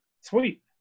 sweet